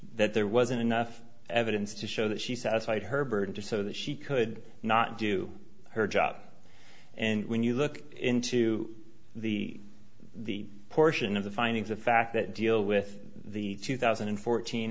that there wasn't enough evidence to show that she satisfied her burden to so that she could not do her job and when you look into the the portion of the findings of fact that deal with the two thousand and fourteen